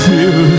Feel